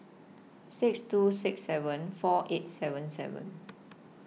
six two six seven four eight seven seven